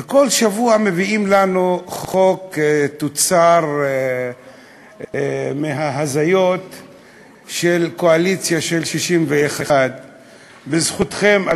וכל שבוע מביאים לנו חוק תוצר ההזיות של קואליציה של 61. בזכותכם,